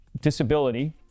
disability